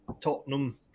Tottenham